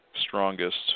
Strongest